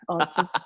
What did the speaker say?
answers